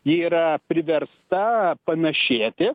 ji yra priversta panašėti